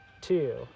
Two